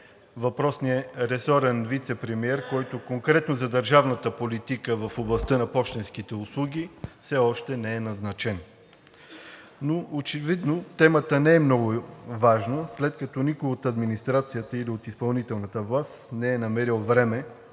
въпросният ресорен вицепремиер, който конкретно за държавната политика в областта на пощенските услуги все още не е назначен. Очевидно темата не е много важна, след като никой от администрацията или от изпълнителната власт не е намерил време